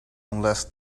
unless